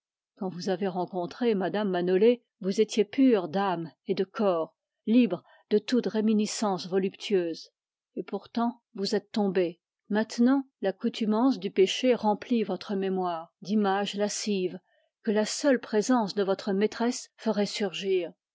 quand vous avez rencontré mme manolé vous étiez pur d'âme et de corps libre de toute réminiscence voluptueuse et pourtant vous êtes tombé maintenant du péché remplit votre mémoire d'images lascives que la seule présence de votre maîtresse ferait surgir